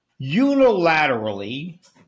unilaterally